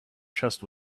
chest